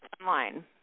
online